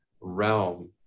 realm